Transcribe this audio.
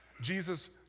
Jesus